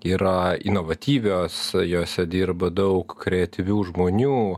yra inovatyvios jose dirba daug kreatyvių žmonių